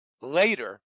Later